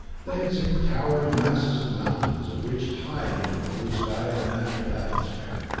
they had seen towering masses of mountains that reached high into the blue sky of a natural atmosphere,